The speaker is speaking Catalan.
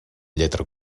lletra